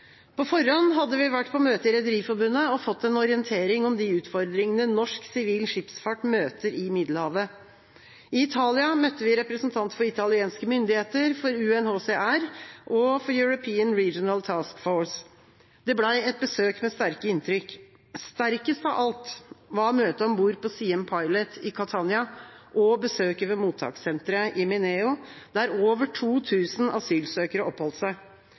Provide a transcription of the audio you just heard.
På forhånd hadde vi vært på møte i Rederiforbundet og fått en orientering om de utfordringene norsk sivil skipsfart møter i Middelhavet. I Italia møtte vi representanter for italienske myndigheter, for UNHCR og for European Regional Task Force. Det ble et besøk med sterke inntrykk. Sterkest av alt var møtet om bord på «Siem Pilot» i Catania og besøket ved mottakssenteret i Mineo, der over 2 000 asylsøkere oppholdt seg.